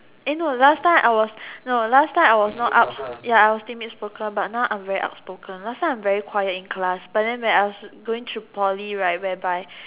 no last time I was no last I was not out ya I was timid spoken but now I'm very outspoken last time I'm very quiet in class but then when I was going through Poly right whereby